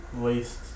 least